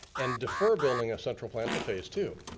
and defer building of central plant to phase two.